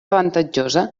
avantatjosa